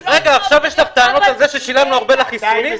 עכשיו יש לך טענה על זה ששילמנו הרבה עבור החיסונים?